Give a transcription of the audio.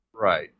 Right